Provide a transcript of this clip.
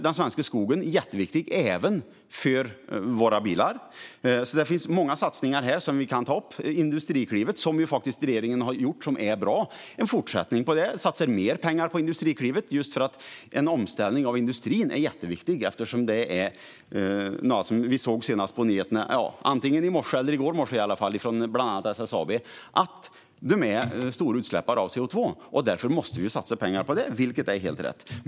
Den svenska skogen är jätteviktig även för våra bilar. Det finns många satsningar vi kan ta upp. Vi kan fortsätta Industriklivet, en satsning som regeringen har gjort och som är bra, och satsa mer pengar på det. En omställning av industrin är jätteviktig. Som vi såg senast på nyheterna antingen i morse eller i går morse, bland annat från SSAB, är industrin en stor utsläppare av CO2, och därför måste vi satsa pengar på det. Det är helt rätt.